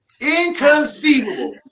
inconceivable